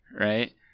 Right